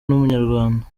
n’umunyarwanda